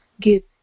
give